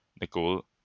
Nicole